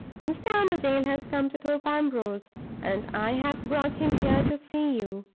mr. armadale has come to thorpe ambrose and i have brought him here to see you.